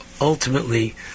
ultimately